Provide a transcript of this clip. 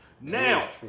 Now